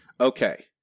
Okay